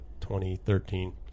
2013